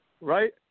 right